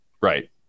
right